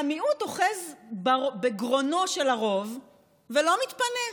והמיעוט אוחז בגרונו של הרוב ולא מתפנה.